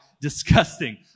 disgusting